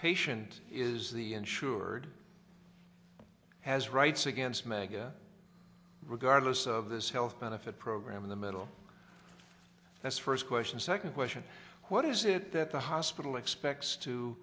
patient is the insured has rights against mega regardless of this health benefit program in the middle that's first question second question what is it that the hospital expects to